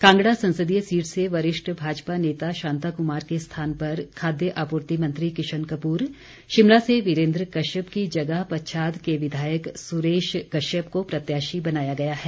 कांगड़ा संसदीय सीट से वरिष्ठ भाजपा नेता शांता कुमार के स्थान पर खाद्य आपूर्ति मंत्री किशन कपूर शिमला से वीरेंद्र कश्यप की जगह पच्छाद के विधायक सुरेश कश्यप को प्रत्याशी बनाया गया है